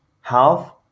half